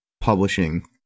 publishing